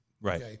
Right